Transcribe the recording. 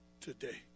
today